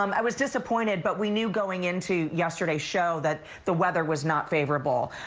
um i was disappointed but we knew going into yesterday's show that the weather was not favorable.